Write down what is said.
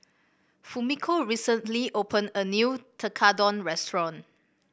Fumiko recently opened a new Tekkadon restaurant